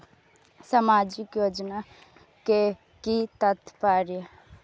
सामाजिक योजना के कि तात्पर्य?